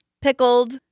pickled